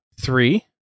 three